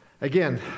Again